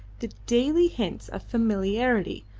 the daily hints of familiarity,